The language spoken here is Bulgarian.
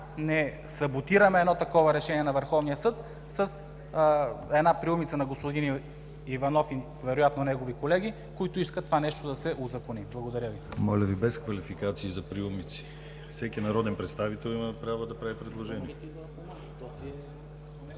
не саботираме едно такова решение на Върховния съд с една приумица на господин Иванов и вероятно негови колеги, които искат това нещо да се узакони. Благодаря Ви.